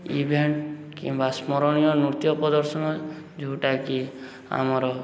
event କିମ୍ବା ସ୍ମରଣୀୟ ନୃତ୍ୟ ପ୍ରଦର୍ଶନ ଯେଉଁଟାକି ଆମର